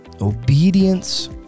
obedience